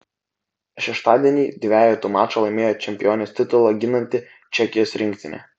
šeštadienį dvejetų mačą laimėjo čempionės titulą ginanti čekijos rinktinė